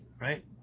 right